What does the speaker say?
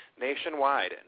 nationwide